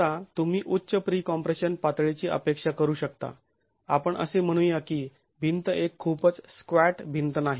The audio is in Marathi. आता तुम्ही उच्च प्री कॉम्प्रेशन पातळीची अपेक्षा करू शकता आपण असे म्हणूया की भिंत एक खूपच स्क्वॅट भिंत नाही